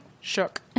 shook